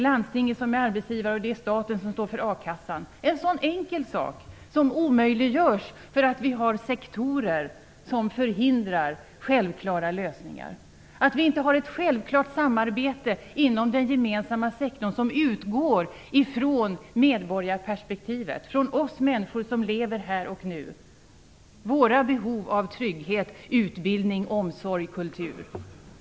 Landstinget är arbetsgivare, men det är staten som står för a-kassan. En så enkel sak omöjliggörs därför att vi har sektorsgränser som förhindrar självklara lösningar. Varför har vi inte ett självklart samarbete inom den gemensamma sektorn, som utgår ifrån medborgarperspektivet, från oss människor som lever här och nu, våra behov av trygghet, utbildning, omsorg, kultur?